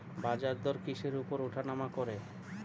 বাজারদর কিসের উপর উঠানামা করে?